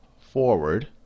forward